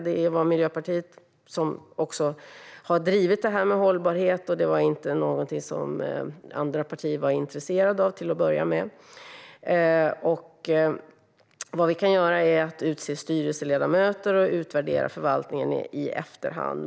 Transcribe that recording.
Det är Miljöpartiet som har drivit detta med hållbarhet, vilket var någonting som andra partier till att börja med inte var intresserade av. Vad vi kan göra är att utse styrelseledamöter och utvärdera förvaltningen i efterhand.